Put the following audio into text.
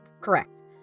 correct